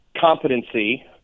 competency